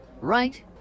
right